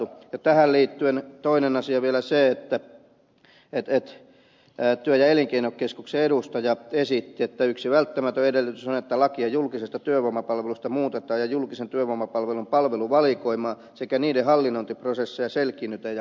ja tähän liittyen toinen asia on vielä se että työ ja elinkeinokeskuksen edustaja esitti että yksi välttämätön edellytys on että lakia julkisesta työvoimapalvelusta muutetaan ja julkisen työvoimapalvelun palvelujen valikoimaa sekä niiden hallinnointiprosesseja selkiinnytetään ja karsitaan